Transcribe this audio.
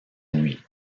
nuit